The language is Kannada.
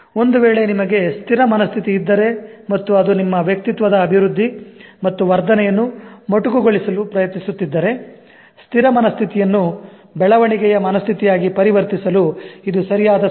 ಒಂದು ವೇಳೆ ನಿಮಗೆ ಸ್ಥಿರ ಮನಸ್ಥಿತಿ ಇದ್ದರೆ ಮತ್ತು ಅದು ನಿಮ್ಮ ವ್ಯಕ್ತಿತ್ವದ ಅಭಿವೃದ್ಧಿ ಮತ್ತು ವರ್ಧನೆಯನ್ನು ಮೊಟಕುಗೊಳಿಸಲು ಪ್ರಯತ್ನಿಸುತ್ತಿದ್ದರೆ ಸ್ಥಿರ ಮನಸ್ಥಿತಿಯನ್ನು ಬೆಳವಣಿಗೆಯ ಮನಸ್ಥಿತಿಯಾಗಿ ಪರಿವರ್ತಿಸಲು ಇದು ಸರಿಯಾದ ಸಮಯ